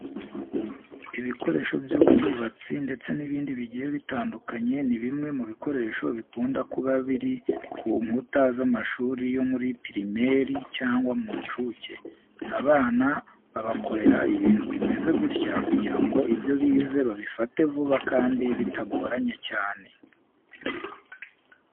Ibikoresho by'ubwubutasi ndetse n'ibindi bigiye bitandukanye ni bimwe mu bikoresho bikunda kuba biri ku nkuta z'amashuri yo muri pirimeri cyangwa mu nshuke. Abana babakorera ibintu bimeze gutya kugira ngo ibyo bize babifate vuba kandi bitagoranye cyane.